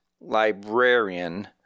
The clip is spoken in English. Librarian